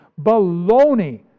baloney